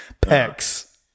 pecs